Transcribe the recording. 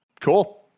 cool